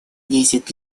десять